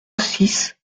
six